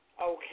Okay